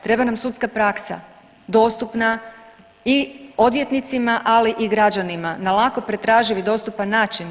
Treba nam sudska praksa dostupna i odvjetnicima ali i građanima na lako pretraživ i dostupan način.